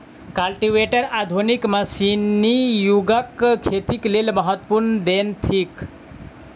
cultivator आधुनिक मशीनी युगक खेतीक लेल महत्वपूर्ण देन थिक